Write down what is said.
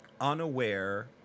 unaware